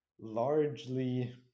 largely